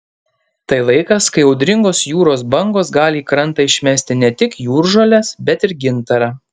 tai laikas kai audringos jūros bangos gali į krantą išmesti ne tik jūržoles bet ir gintarą